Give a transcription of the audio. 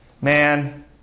Man